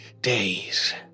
days